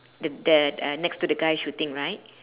the the uh next to the guy shooting right